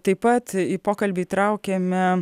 taip pat į pokalbį įtraukėme